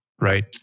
right